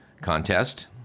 contest